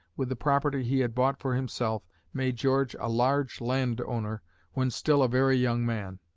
with the property he had bought for himself, made george a large land owner when still a very young man.